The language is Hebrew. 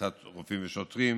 לצד רופאים ושוטרים